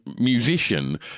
musician